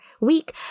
week